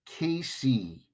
KC